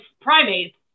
primates